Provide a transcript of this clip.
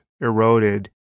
eroded